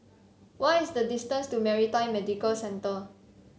what is the distance to Maritime Medical Centre